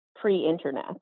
pre-internet